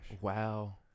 wow